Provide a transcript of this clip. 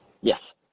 Yes